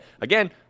again